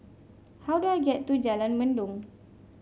how do I get to Jalan Mendong